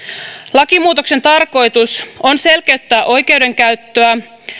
lakimuutoksen tarkoitus on selkeyttää oikeudenkäyttöä